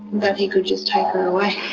that he could just take her away.